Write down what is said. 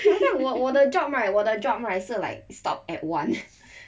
我我我的 job right 我的 job right 是 like stop at one